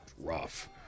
rough